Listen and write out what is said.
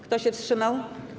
Kto się wstrzymał?